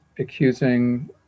accusing